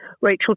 Rachel